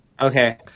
Okay